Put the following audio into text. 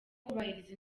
kubahiriza